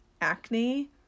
acne